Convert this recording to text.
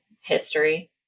history